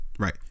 Right